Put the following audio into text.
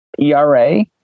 ERA